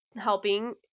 helping